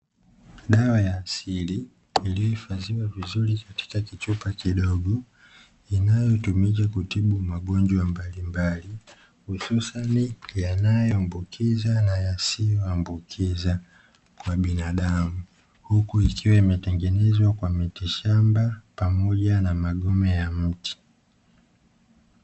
Dawa ya asili iliyohifadhiwa vizuri katika kichupa kidogo inayotumika kutibu magonjwa mbalimbali, hususani yanayoambukiza na yasiyoambukiza kwa binadamu. Huku ikiwa imetengenezwa kwa mitishamba pamoja na magome ya miti.